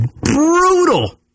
brutal